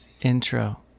intro